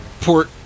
port